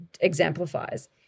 exemplifies